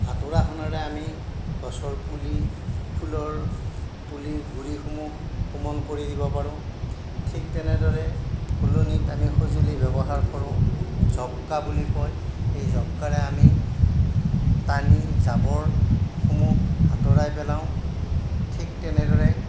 হাতোঁৰাখনেৰে আমি গছৰ পুলি ফুলৰ পুলিৰ গুৰিসমূহ কোমল কৰি দিব পাৰোঁ ঠিক তেনেদৰে ফুলনিত আমি সঁজুলি ব্যৱহাৰ কৰোঁ জবকা বুলি কয় এই জবকাৰে আমি টানি জাৱৰসমূহ আঁতৰাই পেলাওঁ ঠিক তেনেদৰে